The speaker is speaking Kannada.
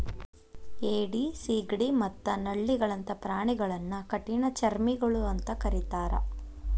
ಏಡಿ, ಸಿಗಡಿ ಮತ್ತ ನಳ್ಳಿಗಳಂತ ಪ್ರಾಣಿಗಳನ್ನ ಕಠಿಣಚರ್ಮಿಗಳು ಅಂತ ಕರೇತಾರ